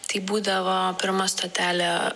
tai būdavo pirma stotelė